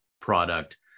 product